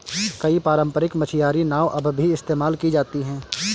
कई पारम्परिक मछियारी नाव अब भी इस्तेमाल की जाती है